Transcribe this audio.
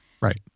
Right